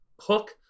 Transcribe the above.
hook